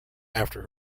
after